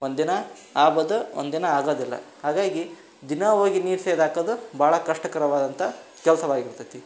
ಒಂದಿನ ಆಬೋದು ಒಂದಿನ ಆಗೋದಿಲ್ಲ ಹಾಗಾಗಿ ದಿನಾ ಹೋಗಿ ನೀರು ಸೇದಾಕೋದು ಭಾಳ ಕಷ್ಟಕರವಾದಂತ ಕೆಲಸವಾಗಿರ್ತೈತಿ